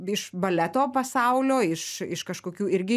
iš baleto pasaulio iš iš kažkokių irgi